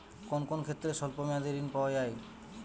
কোন কোন ক্ষেত্রে স্বল্প মেয়াদি ঋণ পাওয়া যায়?